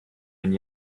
and